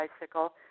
bicycle